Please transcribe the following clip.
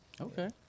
Okay